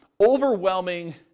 overwhelming